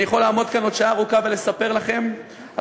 אני יכול לעמוד כאן עוד שעה ארוכה ולספר לכם על